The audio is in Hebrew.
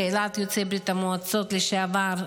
קהילת יוצאי ברית המועצות לשעבר,